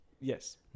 Yes